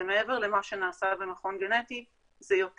זה מעבר למה שנעשה במכון גנטי,